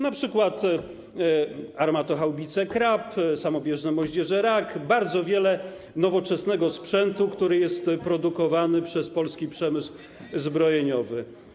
Na przykład armatohaubice Krab, samobieżne moździerze Rak, bardzo wiele nowoczesnego sprzętu, który jest produkowany przez polski przemysł zbrojeniowy.